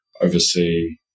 oversee